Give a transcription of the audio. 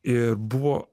ir buvo